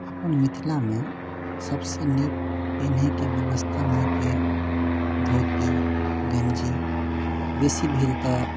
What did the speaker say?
अपन मिथिलामे सभसॅं नीक पेन्हाइके व्यवस्था अहाँकेँ धोती गञ्जी बेसी भेल तऽ